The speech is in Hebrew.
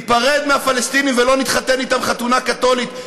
ניפרד מהפלסטינים ולא נתחתן אתם חתונה קתולית,